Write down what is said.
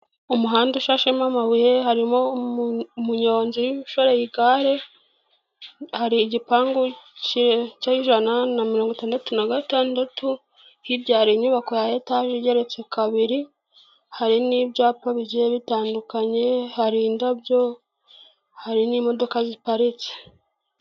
Umuhanda ushashemo amabuye, harimo umunyonzi ushoreye igare, hari igipangu k'ijana na mirongo itandatu na gatandatu, hirya hari inyubako ya etaje igereretse kabiri, hari n'ibyapa bigiye bitandukanye, hari indabyo, hari n'imodoka ziparitse.